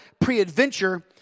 pre-adventure